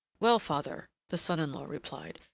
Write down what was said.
well, father, the son-in-law replied,